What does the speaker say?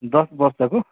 दस वर्षको